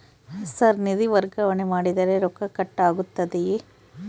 Sir ನಿಧಿ ವರ್ಗಾವಣೆ ಮಾಡಿದರೆ ರೊಕ್ಕ ಕಟ್ ಆಗುತ್ತದೆಯೆ?